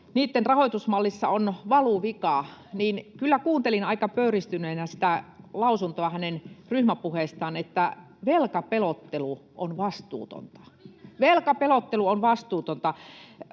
niitten rahoitusmallissa on valuvika, niin kyllä kuuntelin aika pöyristyneenä sitä lausuntoa hänen ryhmäpuheestaan, että velkapelottelu on vastuutonta [Veronika Honkasalo: